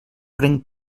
pren